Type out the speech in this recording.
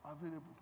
available